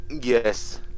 Yes